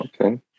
Okay